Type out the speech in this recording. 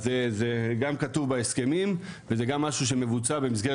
זה גם כתוב בהסכמים וגם משהו שמבוצע במסגרת